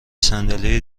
صندلی